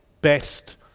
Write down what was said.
best